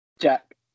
Jack